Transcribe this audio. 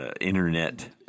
internet